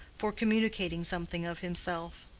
for communicating something of himself.